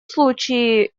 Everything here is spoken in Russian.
случае